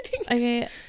okay